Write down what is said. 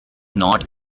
not